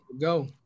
Go